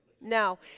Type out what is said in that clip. No